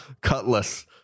Cutlass